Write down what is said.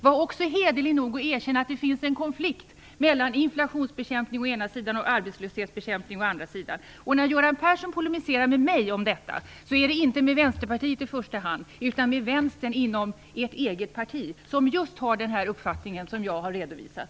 Var också hederlig nog att erkänna att det finns en konflikt mellan inflationsbekämpning å ena sidan och arbetslöshetsbekämpning å den andra. När Göran Persson polemiserar med mig om detta, så är det inte i första hand Vänsterpartiet han vänder sig till, utan vänstern inom det egna partiet. Där finns just den uppfattning som jag har redovisat.